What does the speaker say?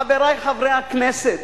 חברי חברי הכנסת,